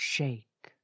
Shake